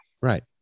Right